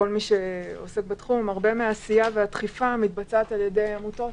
הרבה מהעשייה והדחיפה מתבצעת על-ידי עמותות